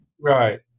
Right